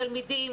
תלמידים,